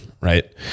right